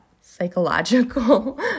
psychological